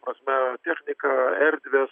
prasme technika erdvės